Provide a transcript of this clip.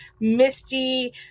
misty